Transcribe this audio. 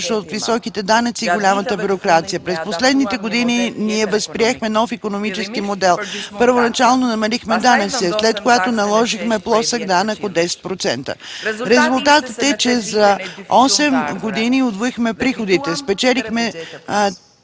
от високите данъци и голямата бюрокрация. През последните години ние приехме нов икономически модел. Първоначално намалихме данъците, след което наложихме плосък данък от 10%. Резултатът е, че за осем години удвоихме приходите, спечелихме